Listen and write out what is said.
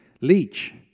leech